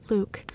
Luke